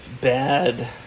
bad